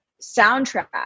soundtrack